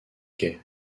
quai